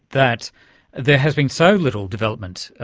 that there has been so little development,